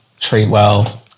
TreatWell